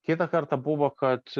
kitą kartą buvo kad